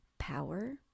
power